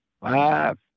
five